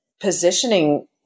positioning